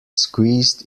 squeezed